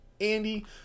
Andy